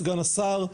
סגן השר,